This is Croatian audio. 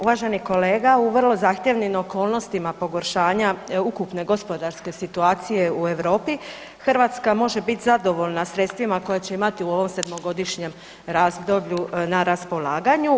Uvaženi kolega, u vrlo zahtjevnim okolnostima pogoršanja ukupne gospodarske situacije u Europi, Hrvatska može bit zadovoljna sredstvima koje će imati u ovom 7-godišnjem razdoblju na raspolaganju.